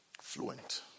Fluent